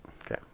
Okay